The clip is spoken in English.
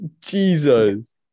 Jesus